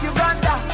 Uganda